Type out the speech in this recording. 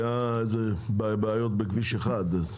היה איזה בעיות בכביש 1,